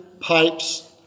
pipes